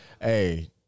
hey